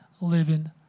living